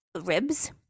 ribs